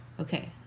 Okay